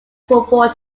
football